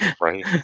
right